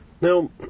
Now